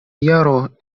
jaro